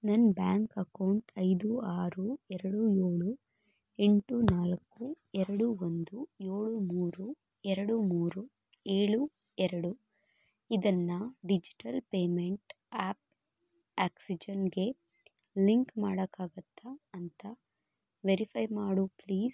ನನ್ನ bank account ಐದು ಆರು ಎರಡು ಏಳು ಎಂಟು ನಾಲ್ಕು ಎರಡು ಒಂದು ಏಳು ಮೂರು ಎರಡು ಮೂರು ಏಳು ಎರಡು ಇದನ್ನು ಡಿಜಿಟಲ್ ಪೇಮೆಂಟ್ ಆ್ಯಪ್ ಆಕ್ಸಿಜೆನ್ಗೆ ಲಿಂಕ್ ಮಾಡೋಕ್ಕಾಗತ್ತಾ ಅಂತ ವೆರಿಫೈ ಮಾಡು ಪ್ಲೀಸ್